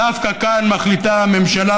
דווקא כאן מחליטה הממשלה,